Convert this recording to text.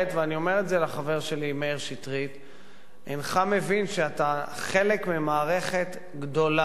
ואני אומר את זה לחבר שלי מאיר שטרית: אינך מבין שאתה חלק ממערכת גדולה,